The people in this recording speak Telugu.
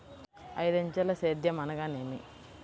ఐదంచెల సేద్యం అనగా నేమి?